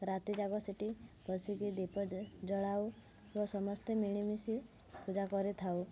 ରାତିଯାକ ସେଇଟି ବସିକି ଦୀପ ଜଳାଉ ଓ ସମସ୍ତେ ମିଳିମିଶି ପୂଜା କରିଥାଉ